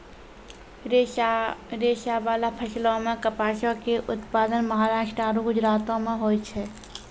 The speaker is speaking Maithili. रेशाबाला फसलो मे कपासो के उत्पादन महाराष्ट्र आरु गुजरातो मे होय छै